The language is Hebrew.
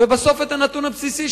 ובסוף הנתון הבסיסי,